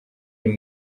ari